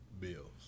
Bills